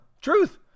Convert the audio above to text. Truth